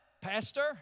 pastor